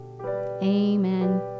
Amen